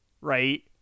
Right